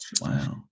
Wow